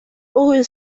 rue